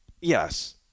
yes